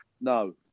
No